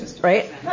Right